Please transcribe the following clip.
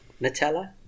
Nutella